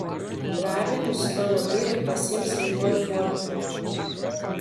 davinius tavo vyrai pasiims rytoj forte